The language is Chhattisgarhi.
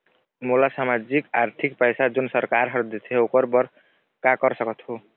मोला सामाजिक आरथिक पैसा जोन सरकार हर देथे ओकर बर का कर सकत हो?